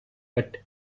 but